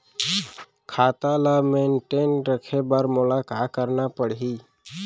खाता ल मेनटेन रखे बर मोला का करना पड़ही?